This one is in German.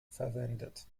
verwendet